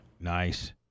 Nice